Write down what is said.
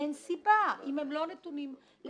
אין סיבה שלא, הרי הם לא נתונים לסכנה.